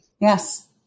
Yes